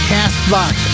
Castbox